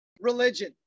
religion